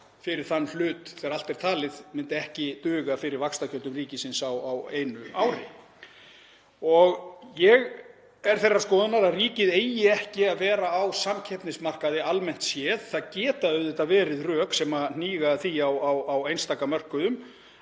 fyrir þann hlut, þegar allt er talið, myndu ekki duga fyrir vaxtagjöldum ríkisins á einu ári. Ég er þeirrar skoðunar að ríkið eigi ekki að vera á samkeppnismarkaði almennt séð. Það geta auðvitað verið rök sem hníga að því á einstaka mörkuðum